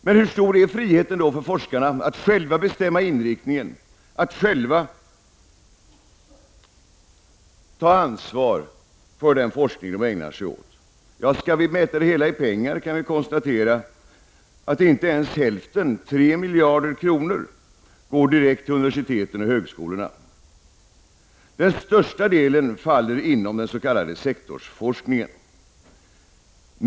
Men hur stor är då friheten för forskarna att själva bestämma inriktningen, att själva ta ansvar för den forskning de ägnar sig åt? Skall vi mäta det hela i pengar kan vi konstatera att inte ens hälften, 3 miljarder kronor, går direkt till universiteten och högskolorna. Den största delen faller inom den s.k. sektorsforskningen.